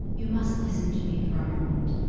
you must listen to me for a moment.